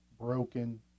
broken